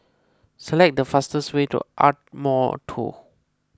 select the fastest way to Ardmore two